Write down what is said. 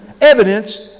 evidence